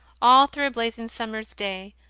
all through a blazing summer s day,